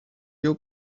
your